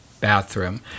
bathroom